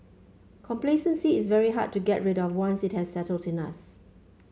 complacency is very hard to get rid of once it has settled in us